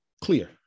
clear